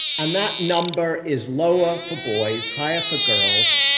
and that number is lower for boys higher for girls,